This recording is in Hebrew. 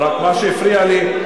רק מה שהפריע לי,